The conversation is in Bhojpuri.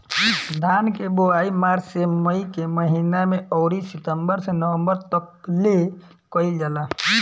धान के बोआई मार्च से मई के महीना में अउरी सितंबर से नवंबर तकले कईल जाला